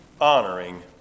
honoring